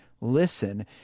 Listen